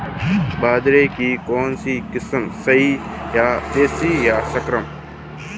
बाजरे की कौनसी किस्म सही हैं देशी या संकर?